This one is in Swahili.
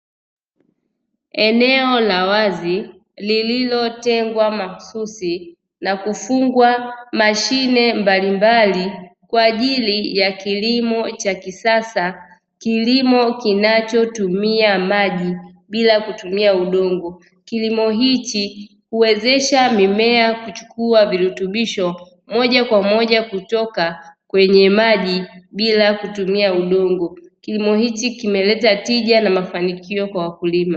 Eneo la wazi lililotengwa mahususi na kufungwa mashine mbalimbali kwa ajili ya kilimo cha kisasa, kilimo kinachotumia maji bila kutumia udongo kilimo hichi huwezesha mimea kuchukua virutubisho moja kwa moja kutoka kwenye maji bila kutumia udongo, kilimo hichi kimeleta tija na mafanikio kwa wakulima.